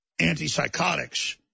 antipsychotics